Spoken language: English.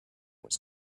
was